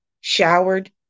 showered